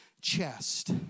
chest